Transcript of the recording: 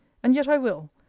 and yet i will,